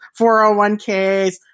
401Ks